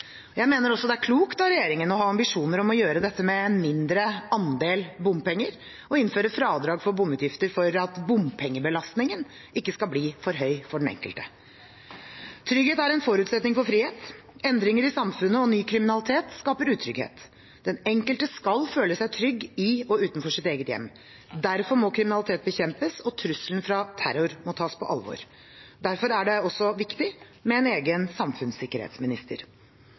alle. Jeg mener også det er klokt av regjeringen å ha ambisjoner om å gjøre dette med mindre andel bompenger, og innføre fradrag for bomutgifter for at bompengebelastningen ikke skal bli for høy for den enkelte. Trygghet er en forutsetning for frihet. Endringer i samfunnet og ny kriminalitet skaper utrygghet. Den enkelte skal føle seg trygg i og utenfor sitt eget hjem. Derfor må kriminalitet bekjempes, og trusselen fra terror må tas på alvor. Derfor er det også viktig med en egen samfunnssikkerhetsminister.